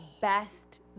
best